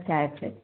अच्छा अच्छा